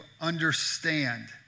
understand